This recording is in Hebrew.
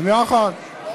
שנייה אחת,